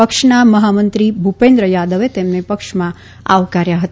પક્ષના મહામંત્રી ભૂપેન્દ્ર યાદવે તેમને પક્ષમાં આવકાર્યા હતા